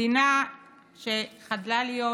מדינה שחדלה להיות